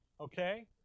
okay